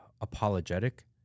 apologetic